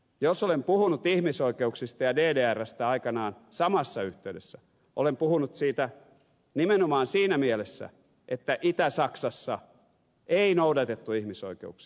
jos olen puhunut ihmisoikeuksista ja ddrstä aikanaan samassa yhteydessä olen puhunut siitä nimenomaan siinä mielessä että itä saksassa ei noudatettu ihmisoikeuksia